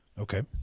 Okay